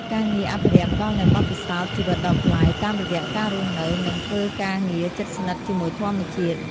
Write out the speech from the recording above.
ការងារអភិរក្សផ្តល់នូវបទពិសោធន៍ជីវិតដ៏ប្លែក តាមរយៈការរស់នៅ និងធ្វើការងារជិតស្និទ្ធជាមួយធម្មជាតិ។